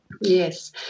Yes